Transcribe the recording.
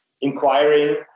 inquiring